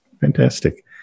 Fantastic